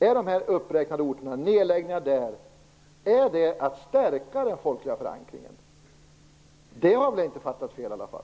Är nedläggningarna på de uppräknade orterna att stärka den folkliga förankringen? Det har jag väl inte fattat fel i alla fall?